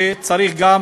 וצריך גם